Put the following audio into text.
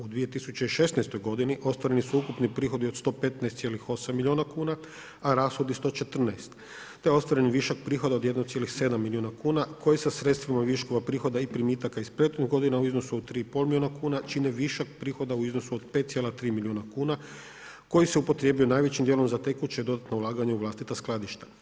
U 2016.g. ostvareni su ukupni prihodi od 115,8 milijuna kuna, a rashodi 114, te je ostvaren višak prihoda od 1,7 milijuna kuna, koji sa sredstvima viškova prihoda i primitaka od prethodnih godina u iznosu od 3,5 milijuna kuna, čine višak prihoda u iznosu od 5,3 milijuna kuna, koji se upotrjebljuje najvećim dijelom za tekuće, dodatno ulaganja u vlastita skladišta.